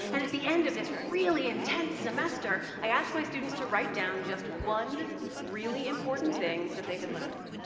and at the end of this really intense semester, i asked my students to write down just one really important thing that they had learned.